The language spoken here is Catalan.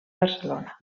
barcelona